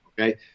okay